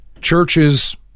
Churches